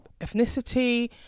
ethnicity